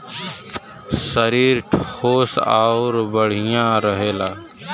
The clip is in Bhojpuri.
सरीर ठोस आउर बड़ियार रहेला